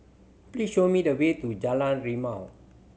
please show me the way to Jalan Rimau